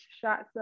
shots